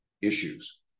issues